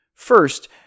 First